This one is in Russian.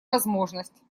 возможность